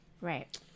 right